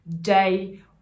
day